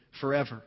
forever